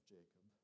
Jacob